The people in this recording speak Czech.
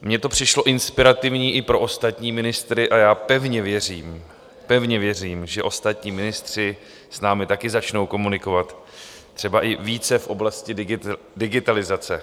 Mně to přišlo inspirativní i pro ostatní ministry a já pevně věřím, pevně věřím!, že ostatní ministři s námi také začnou komunikovat, třeba i více v oblasti digitalizace.